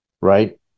Right